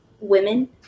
women